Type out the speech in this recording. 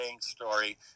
story